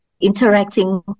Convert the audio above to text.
interacting